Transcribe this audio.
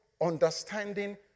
understanding